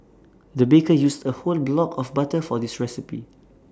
the baker used A whole block of butter for this recipe